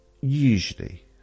usually